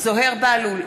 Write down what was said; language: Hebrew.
זוהיר בהלול,